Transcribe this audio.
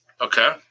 Okay